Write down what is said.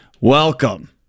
welcome